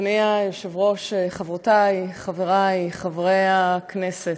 אדוני היושב-ראש, חברותי, חברי, חברי הכנסת,